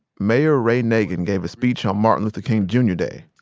mayor ray nagin gave a speech on martin luther king jr. day.